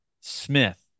Smith